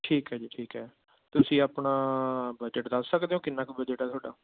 ਠੀਕ ਹੈ ਜੀ ਠੀਕ ਹੈ ਤੁਸੀਂ ਆਪਣਾ ਬਜਟ ਦੱਸ ਸਕਦੇ ਹੋ ਕਿੰਨਾ ਕੁ ਬਜਟ ਹੈ ਤੁਹਾਡਾ